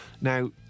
Now